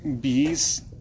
bees